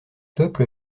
peuple